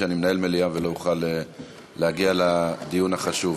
אני מנהל מליאה ולא אוכל להגיע לדיון החשוב.